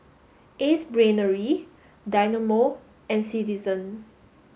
Ace Brainery Dynamo and Citizen